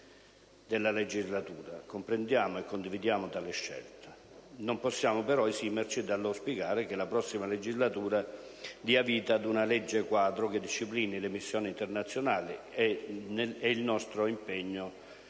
della legislatura, comprendiamo e condividiamo tale scelta. Non possiamo, però, esimerci dall'auspicare che la prossima legislatura dia vita ad una legge quadro che disciplini le missioni internazionali e il nostro impegno